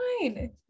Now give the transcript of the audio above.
fine